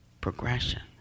progression